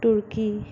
turkey